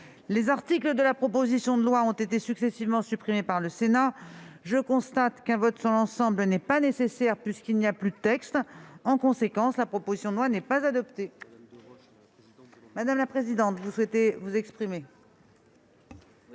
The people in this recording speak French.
Les articles de la proposition de loi ayant été successivement rejetés par le Sénat, je constate qu'un vote sur l'ensemble n'est pas nécessaire puisqu'il n'y a plus de texte. En conséquence, la proposition de loi n'est pas adoptée. La parole est à Mme